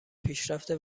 پیشرفت